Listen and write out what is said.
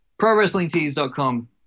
ProWrestlingTees.com